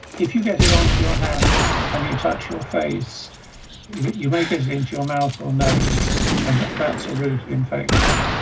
if you get it on to your hands and you touch your face you may get it into your mouth or nose and that's a route of infection.